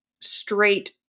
straight